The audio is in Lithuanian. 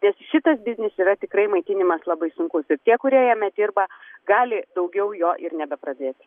nes šitas biznis yra tikrai maitinimas labai sunkus ir tie kurie jame dirba gali daugiau jo ir nebepradėti